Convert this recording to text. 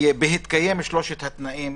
ובהתקיים שלושת התנאים